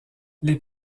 les